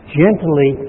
gently